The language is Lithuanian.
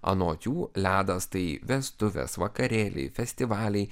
anot jų ledas tai vestuvės vakarėliai festivaliai